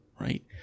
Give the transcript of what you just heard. right